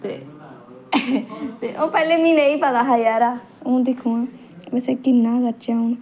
ते पैह्लें मीं नेईं पता हा जरा हून दिक्खो हां अस कि'यां करचै हून